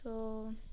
so